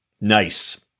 Nice